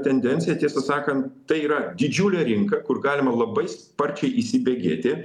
tendenciją tiesą sakan tai yra didžiulė rinka kur galima labai sparčiai įsibėgėti